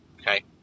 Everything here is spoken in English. okay